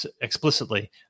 explicitly